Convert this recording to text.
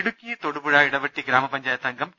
ഇടുക്കി തൊടുപുഴ ഇടവെട്ടി ഗ്രാമപഞ്ചായത്ത് അംഗം ടി